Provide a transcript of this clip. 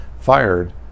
fired